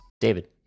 David